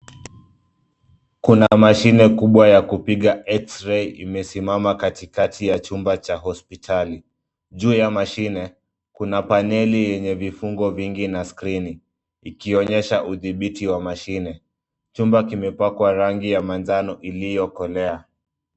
Kuna mashine kubwa ya kupiga x-ray imesimama katikakati ya chumba cha hospitali. Juu ya mashine, kuna paneli yenye vifungo vingi na skrini ikionyesha udhibiti wa mashine. Chumba kimepakwa rangi ya manjano iliyokolea.